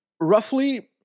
roughly